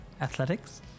Athletics